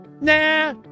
Nah